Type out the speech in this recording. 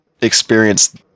experience